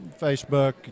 Facebook